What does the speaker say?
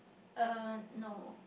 uh no